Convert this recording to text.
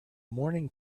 morning